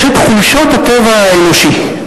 יש את חולשות הטבע האנושי.